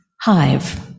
Hive